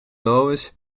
louis